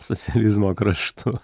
socializmo kraštu